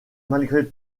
malgré